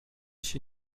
się